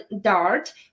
Dart